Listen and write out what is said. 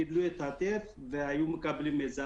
גידלו את הטף והיו מקבלים את זה,